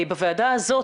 בוועדה הזאת,